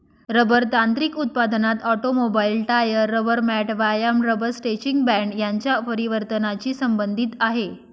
rubber तांत्रिक उत्पादनात automobile, tyre, rubber mat, व्यायाम रबर स्ट्रेचिंग बँड यांच्या परिवर्तनाची संबंधित आहे